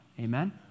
Amen